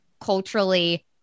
culturally